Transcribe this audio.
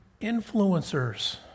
influencers